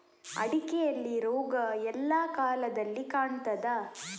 ಅಡಿಕೆಯಲ್ಲಿ ರೋಗ ಎಲ್ಲಾ ಕಾಲದಲ್ಲಿ ಕಾಣ್ತದ?